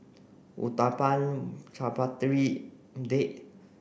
Uthapam Chaat Papri Date